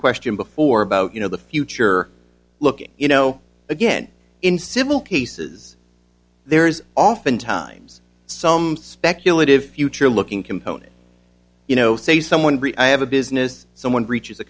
question before about you know the future looking you know again in civil cases there's often times some speculative future looking component you know say someone i have a business someone reaches a